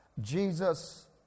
Jesus